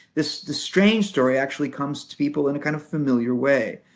this strange story actually comes to people in a kind of familiar way.